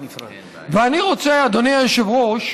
ואני רוצה, אדוני היושב-ראש,